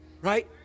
Right